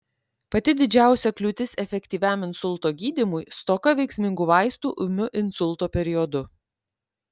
pati didžiausia kliūtis efektyviam insulto gydymui stoka veiksmingų vaistų ūmiu insulto periodu